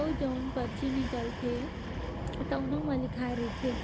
अउ जउन परची निकलथे तउनो म लिखाए रहिथे